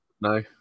No